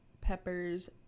Pepper's